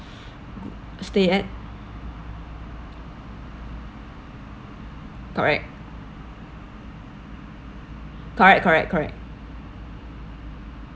stay at correct correct correct correct